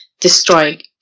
destroying